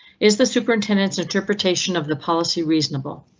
is the superintendent's interpretation of the policy reasonable?